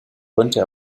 konnte